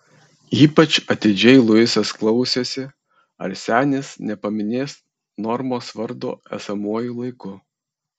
ypač atidžiai luisas klausėsi ar senis nepaminės normos vardo esamuoju laiku